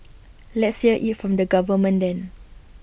let's hear IT from the government then